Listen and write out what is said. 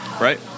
Right